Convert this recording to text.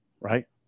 right